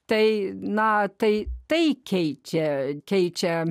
tai na tai tai keičia keičia